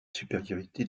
supériorité